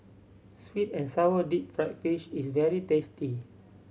sweet and sour deep fried fish is very tasty